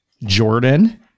Jordan